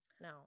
No